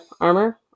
armor